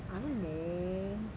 I don't know